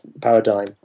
paradigm